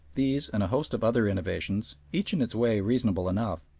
these, and a host of other innovations, each in its way reasonable enough,